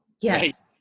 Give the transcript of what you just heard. yes